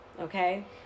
okay